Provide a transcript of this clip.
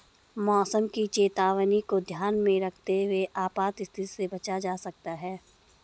मौसम की चेतावनी को ध्यान में रखते हुए आपात स्थिति से बचा जा सकता है